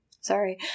sorry